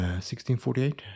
1648